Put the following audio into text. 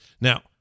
Now